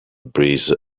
breeze